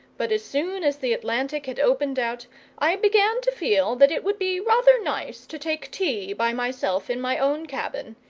but as soon as the atlantic had opened out i began to feel that it would be rather nice to take tea by myself in my own cabin,